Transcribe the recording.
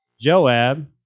Joab